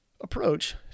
approach